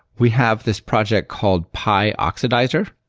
we have this project called py oxidizer.